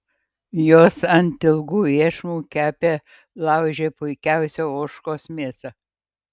jos ant ilgų iešmų kepė lauže puikiausią ožkos mėsą